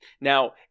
Now